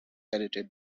edited